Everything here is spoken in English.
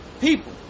people